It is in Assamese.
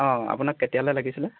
অঁ আপোনাক কেতিয়ালৈ লাগিছিলে